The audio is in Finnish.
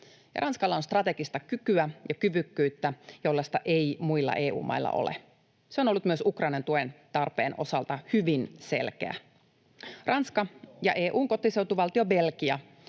Ranskalla on strategista kykyä ja kyvykkyyttä, jollaista ei muilla EU-mailla ole. Se on ollut myös Ukrainan tuen tarpeen osalta hyvin selkeä. Ranska ja EU:n kotiseutuvaltio Belgia